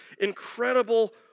incredible